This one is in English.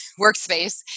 workspace